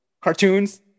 cartoons